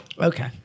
Okay